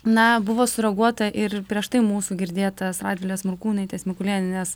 na buvo sureaguota ir prieš tai mūsų girdėtas radvilės morkūnaitės mikulėnienės